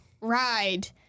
ride